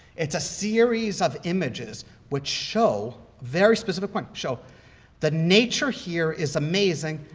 it's a series of images which show very specific point show the nature here is amazing,